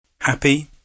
Happy